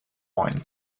wine